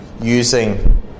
using